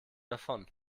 davon